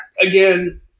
again